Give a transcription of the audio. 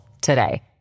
today